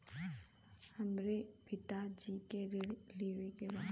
हमरे पिता जी के ऋण लेवे के बा?